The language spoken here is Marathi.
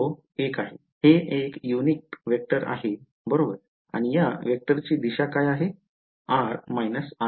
तो एक आहे हे एक युनिट वेक्टर आहे बरोबर आणि या वेक्टरची दिशा काय आहे r r'